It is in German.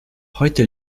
heute